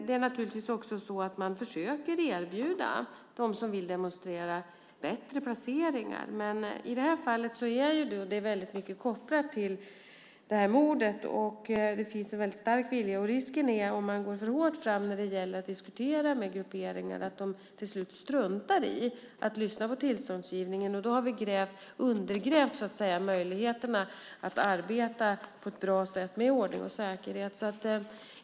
Det är naturligtvis också så att man försöker erbjuda dem som vill demonstrera bättre placeringar, men i det här fallet är det väldigt mycket kopplat till det här mordet. Det finns en väldigt stark vilja. Om man går för hårt fram när det gäller att diskutera med grupperingar är risken att de struntar i att lyssna på tillståndsgivningen. Då har vi undergrävt möjligheterna att arbeta på ett bra sätt med ordning och säkerhet.